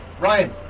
Ryan